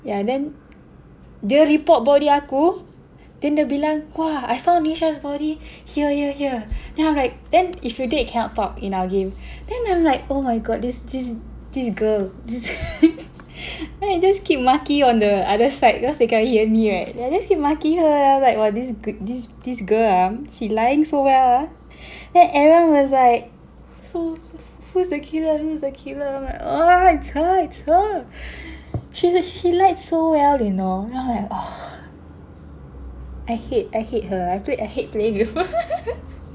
yeah then dia report body aku then dia bilang !wah! I found Nisha's body here here here then I'm like then if you dead you cannot talk in our game then I'm like oh my god this this this girl this then I just keep maki on the other side because they can't hear me right then I just keep maki her like !wah! this this girl ah she's lying so well ah and everyone was like so who's the killer who's the killer I'm like ugh it's her it's her she's she lied so well you know then I'm like ugh I hate I hate her I hate playing with her